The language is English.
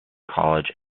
college